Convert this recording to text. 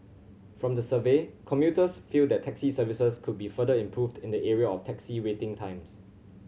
from the survey commuters feel that taxi services could be further improved in the area of taxi waiting times